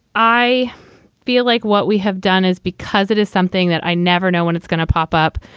i feel like what we have done is because it is something that i never know when it's going to pop up.